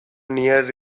near